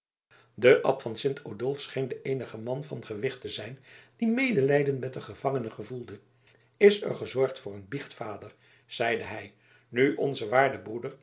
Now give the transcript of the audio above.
de abt van sint odulf scheen de eenige man van gewicht te zijn die medelijden met den gevangene gevoelde is er gezorgd voor een biechtvader zeide hij nu onze waarde